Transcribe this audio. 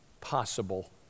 possible